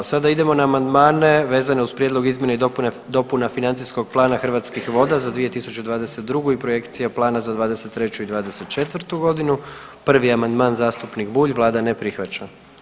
Sada idemo na amandmane vezane uz Prijedlog izmjena i dopuna Financijskog plana Hrvatskih voda za 2022. i Projekcija plana za '23. i '24. g. 1. amandman, zastupnik Bulj, Vlada ne prihvaća.